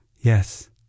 Yes